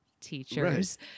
teachers